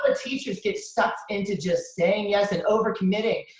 ah teachers get sucked into just saying yes and over committing.